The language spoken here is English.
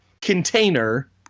container